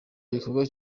igikorwa